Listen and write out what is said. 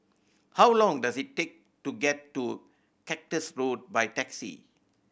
how long does it take to get to Cactus Road by taxi